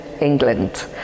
England